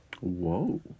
whoa